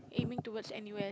aiming towards N_U_S